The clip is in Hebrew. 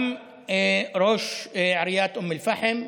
גם ראש עיריית אום אל-פחם,